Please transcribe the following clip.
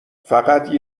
فقط